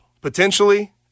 potentially